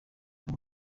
ubu